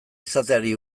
izateari